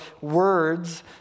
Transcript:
words